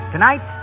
Tonight